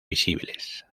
visibles